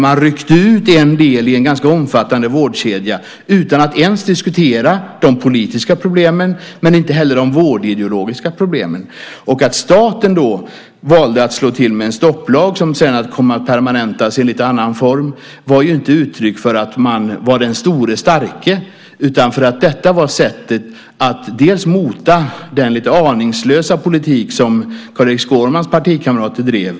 Man ryckte ut en del i en ganska omfattande vårdkedja utan att ens diskutera de politiska problemen men inte heller de vårdideologiska problemen. Att staten då valde att slå till med en stopplag som sedan kom att permanentas i en lite annan form var inte uttryck för att man var den store starke. Detta var sättet att mota den lite aningslösa politik som Carl-Erik Skårmans partikamrater drev.